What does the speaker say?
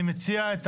אני מציע,